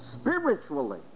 spiritually